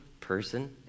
person